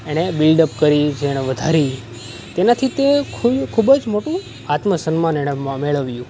એણે build up કરી જેણે વધારી તેનાથી તે ખૂબ જ મોટું આત્મસન્માન એણે મેળવ્યું